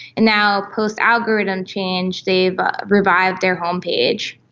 and now post algorithm change they've revived their homepage.